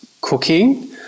cooking